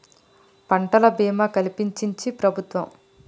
పంటలకు భీమా కలిపించించి ప్రభుత్వం